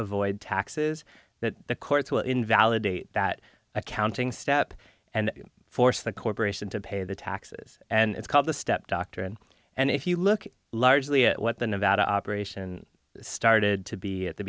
avoid taxes that the courts will invalidate that accounting step and force the corporation to pay the taxes and it's called step doctrine and if you look at largely what the nevada operation started to be at the